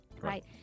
right